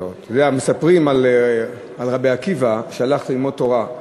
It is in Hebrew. אתה יודע, מספרים על רבי עקיבא שהלך ללמוד תורה.